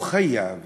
הוא חייב